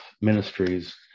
ministries